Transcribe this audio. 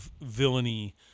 villainy